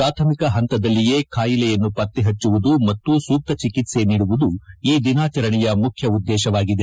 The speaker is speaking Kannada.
ಪ್ರಾಥಮಿಕ ಹಂತದಲ್ಲಿಯೇ ಕಾಯಿಲೆಯನ್ನು ಪತ್ತೆ ಹಚ್ಚುವುದು ಮತ್ತು ಸೂಕ್ತ ಚಿಕಿತ್ಸೆ ನೀಡುವುದು ಇಂದಿನ ದಿನಾಚರಣೆಯ ಮುಖ್ಯ ಉದ್ದೇಶವಾಗಿದೆ